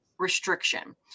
restriction